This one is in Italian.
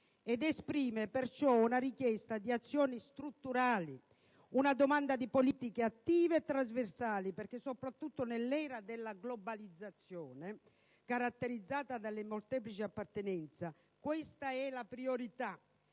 ed esprime perciò una richiesta di azioni strutturali, una domanda di politiche attive e trasversali, perché soprattutto nell'era della globalizzazione, caratterizzata dalle molteplici appartenenze, questa è la priorità.